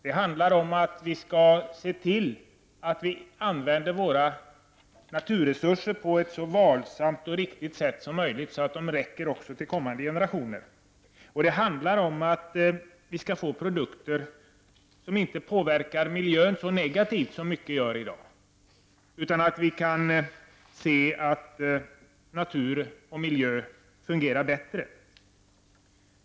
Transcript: De handlar om att vi skall se till att vi använder våra naturresurser på ett så varsamt och riktigt sätt som möjligt, så att de räcker även till kommande generationer. Och de handlar om att vi skall få produkter som inte påverkar miljön så negativt som mycket i dag gör, så att miljön skall fungera bättre.